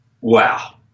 wow